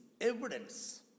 evidence